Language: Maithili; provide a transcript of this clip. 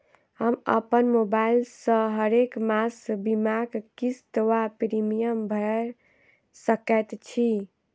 हम अप्पन मोबाइल सँ हरेक मास बीमाक किस्त वा प्रिमियम भैर सकैत छी?